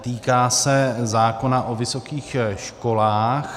Týká se zákona o vysokých školách.